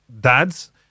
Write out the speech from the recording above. dads